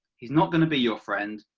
he is not going to be your friend,